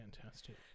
Fantastic